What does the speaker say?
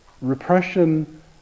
Repression